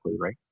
right